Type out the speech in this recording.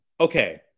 Okay